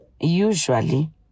usually